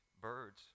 birds